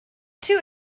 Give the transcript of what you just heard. two